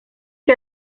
que